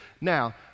Now